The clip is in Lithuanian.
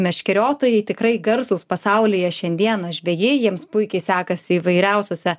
meškeriotojai tikrai garsūs pasaulyje šiandieną žvejai jiems puikiai sekasi įvairiausiose